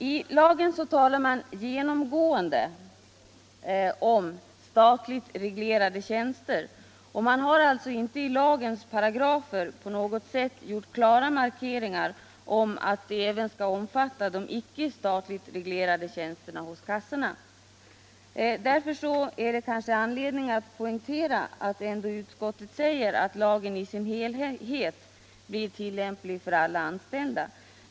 I lagen talas det genomgående om statligt reglerade tjänster, och man har alltså inte i lagens paragrafer på något sätt gjort klara markeringar om att de även skall omfatta de icke statligt reglerade tjänsterna vid kassorna. Därför finns det kanske anledning att poängtera att utskottet ändå skriver att lagen i dess helhet blir tillämplig för alla anställda.